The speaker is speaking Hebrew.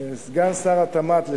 סגן שר התמ"ת לשעבר,